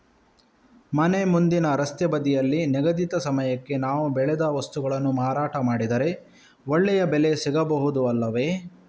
ಮನೆ ಮುಂದಿನ ರಸ್ತೆ ಬದಿಯಲ್ಲಿ ನಿಗದಿತ ಸಮಯಕ್ಕೆ ನಾವು ಬೆಳೆದ ವಸ್ತುಗಳನ್ನು ಮಾರಾಟ ಮಾಡಿದರೆ ಒಳ್ಳೆಯ ಬೆಲೆ ಸಿಗಬಹುದು ಅಲ್ಲವೇ?